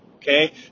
Okay